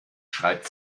schreibt